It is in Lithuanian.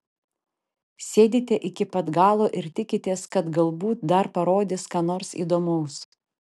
sėdite iki pat galo ir tikitės kad galbūt dar parodys ką nors įdomaus